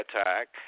attack